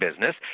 business